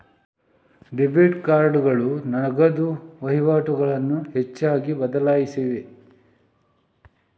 debit ಕಾರ್ಡುಗಳು ನಗದು ವಹಿವಾಟುಗಳನ್ನು ಹೆಚ್ಚಾಗಿ ಬದಲಾಯಿಸಿವೆ